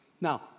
Now